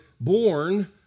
born